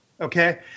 okay